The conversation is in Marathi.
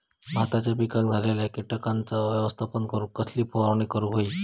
भाताच्या पिकांक झालेल्या किटकांचा व्यवस्थापन करूक कसली फवारणी करूक होई?